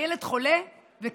הילד שלנו בהתקף פסיכוטי,